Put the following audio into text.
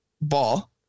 ball